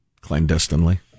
clandestinely